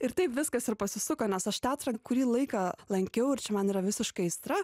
ir taip viskas ir pasisuko nes aš teatrą kurį laiką lankiau ir čia man yra visiška aistra